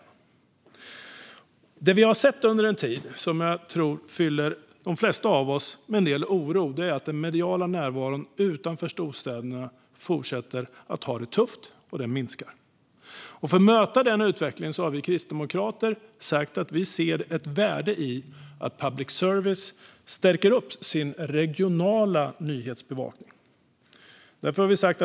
Något vi har sett under en tid och som jag tror fyller de flesta av oss med en del oro är att den mediala närvaron utanför storstäderna fortsätter att ha det tufft. Den minskar. För att möta den utvecklingen har vi kristdemokrater sagt att vi ser ett värde i att public service stärker sin regionala nyhetsbevakning.